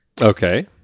Okay